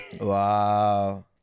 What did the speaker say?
Wow